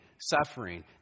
suffering